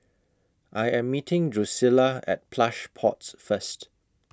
I Am meeting Drucilla At Plush Pods First